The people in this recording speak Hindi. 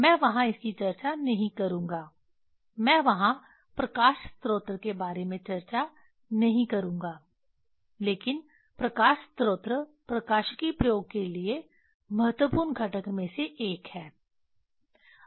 मैं वहां इसकी चर्चा नहीं करूंगा मैं वहां प्रकाश स्रोत के बारे में चर्चा नहीं करूंगा लेकिन प्रकाश स्रोत प्रकाशिकी प्रयोग के लिए महत्वपूर्ण घटक में से एक है